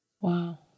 wow